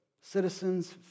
citizens